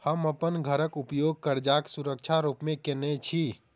हम अप्पन घरक उपयोग करजाक सुरक्षा रूप मेँ केने छी